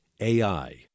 AI